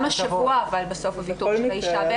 גם השבוע הוא בסוף ויתור של האישה.